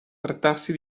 trattarsi